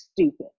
stupid